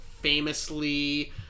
famously